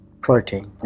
protein